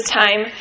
time